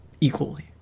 equally